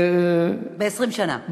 ב-20 שנה.